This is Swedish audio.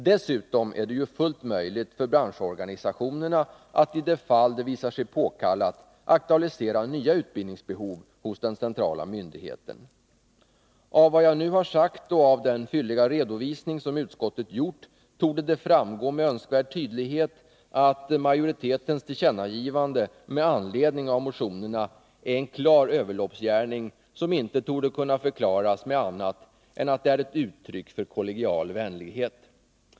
Dessutom är det fullt möjligt för branschorganisationerna att, i de fall det visar sig påkallat, aktualisera nya utbildningsbehov hos den centrala myndigheten. Av det jag nu har sagt och av den fylliga redovisning som utskottet har gjort torde det framgå med önskvärd tydlighet att majoritetens tillkännagivande med anledning av motionerna är en klar överloppsgärning som inte torde kunna förklaras med annat än att den är ett uttryck för kollegial vänlighet.